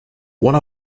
one